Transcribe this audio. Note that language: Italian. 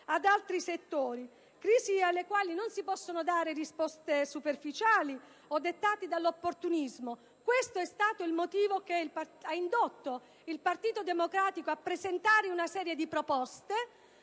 ad altri settori, crisi alla quale non si possono dare risposte superficiali o dettate dall'opportunismo. Questo è stato il motivo che ha indotto il Partito Democratico a presentare una serie di proposte